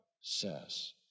says